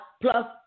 plus